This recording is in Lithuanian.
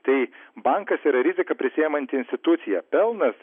tai bankas yra riziką prisiimanti institucija pelnas